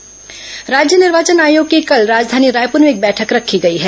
निर्वाचन बैठक राज्य निर्वाचन आयोग की कल राजधानी रायपुर में एक बैठक रखी गई है